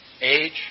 Age